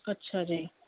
ਅੱਛਾ ਜੀ